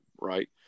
right